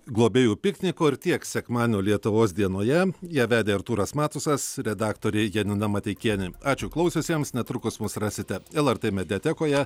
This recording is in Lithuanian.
globėjų pikniko ir tiek sekmadienio lietuvos dienoje ją vedė artūras matusas redaktorė janina mateikienė ačiū klausiusiems netrukus mus rasite lrt mediatekoje